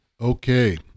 Okay